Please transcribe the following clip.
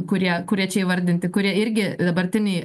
kurie kurie čia įvardinti kurie irgi dabartiniai